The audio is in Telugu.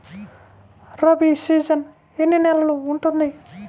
రబీ సీజన్ ఎన్ని నెలలు ఉంటుంది?